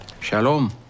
Shalom